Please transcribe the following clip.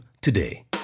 today